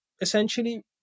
essentially